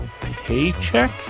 Paycheck